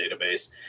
Database